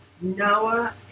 Noah